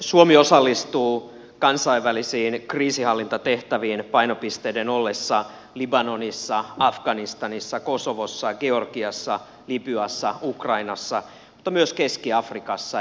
suomi osallistuu kansainvälisiin kriisinhallintatehtäviin painopisteiden ollessa libanonissa afganistanissa kosovossa georgiassa libyassa ukrainassa mutta myös keski afrikassa